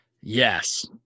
yes